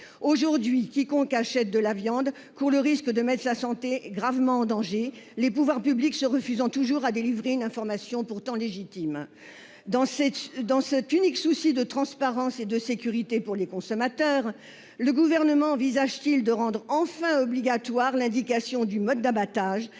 Aujourd'hui, quiconque achète de la viande court le risque de mettre sa santé gravement en danger, les pouvoirs publics se refusant toujours à délivrer une information pourtant légitime. Dans cet unique souci de transparence et de sécurité pour les consommateurs, le Gouvernement envisage-t-il de rendre enfin obligatoire l'indication du mode d'abattage,